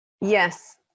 Yes